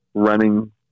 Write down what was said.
running